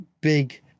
big